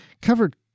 covered